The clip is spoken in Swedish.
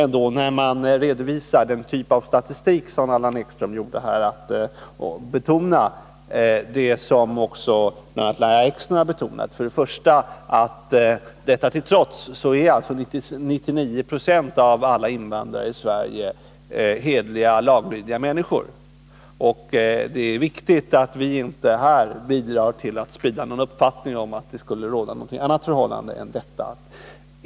När man redovisar den typ av statistik som Allan Ekström förde fram tycker jag att det ändå är viktigt att betona det som också bl.a. Lahja Exner har betonat. Först och främst vill jag säga att trots allt är alltså 99 26 av alla invandrare i Sverige hederliga, laglydiga människor, och det är viktigt att vi inte här bidrar till att sprida någon uppfattning om att det skulle råda något annat förhållande än detta.